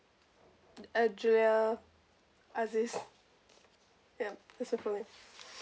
uh julia aziz yup that's it for me